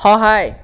সহায়